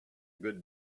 good